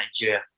Nigeria